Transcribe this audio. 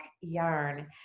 yarn